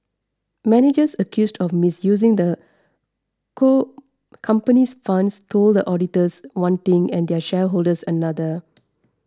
managers accused of misusing the cool comopany's funds told auditors one thing and their shareholders another